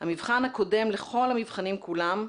המבחן הקודם לכל המבחנים כולם,